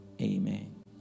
Amen